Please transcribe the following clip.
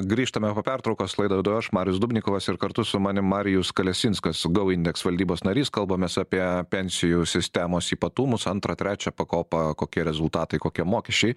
grįžtame po pertraukos laidą vedu aš marius dubnikovas ir kartu su manim marijus kalesinskas gou indeks valdybos narys kalbamės apie pensijų sistemos ypatumus antrą trečią pakopą kokie rezultatai kokie mokesčiai